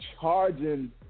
charging